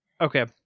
Okay